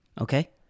okay